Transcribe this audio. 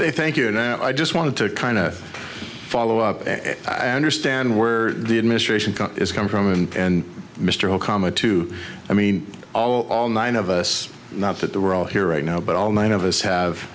there thank you now i just wanted to kind of follow up i understand where the administration is come from and mr okama too i mean all nine of us not that the we're all here right now but all nine of us have